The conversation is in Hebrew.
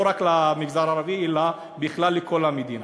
לא רק על המגזר הערבי אלא בכלל על כל המדינה.